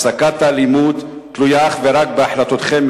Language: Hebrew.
הפסקת האלימות תלויה אך ורק בהחלטותיכם,